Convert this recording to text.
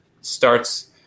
starts